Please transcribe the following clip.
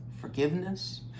forgiveness